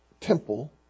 temple